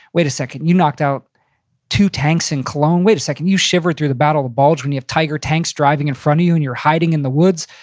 wait a second, you knocked out two tanks in cologne. wait a second, you shivered through the battle of the bulge when you have tiger tanks driving in front of you and you're hiding in the woods.